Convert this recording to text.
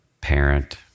parent